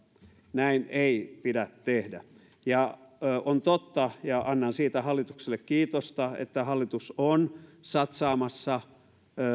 näin ei pidä tehdä on totta ja annan siitä hallitukselle kiitosta että hallitus on satsaamassa